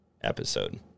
episode